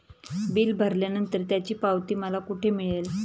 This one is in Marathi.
बिल भरल्यानंतर त्याची पावती मला कुठे मिळेल?